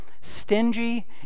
stingy